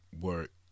work